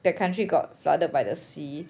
that country got flooded by the sea